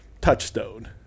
touchstone